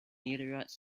meteorites